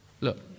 Look